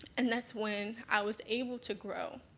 and that's when i was able to grow.